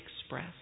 express